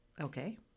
Okay